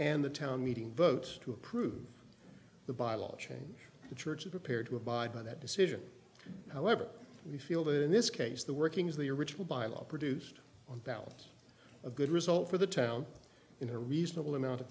and the town meeting vote to approve the bylaw change the church prepared to abide by that decision however we feel that in this case the workings of the original bylaw produced on balance a good result for the child in a reasonable amount of